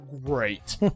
great